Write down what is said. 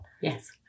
Yes